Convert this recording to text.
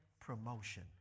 Promotion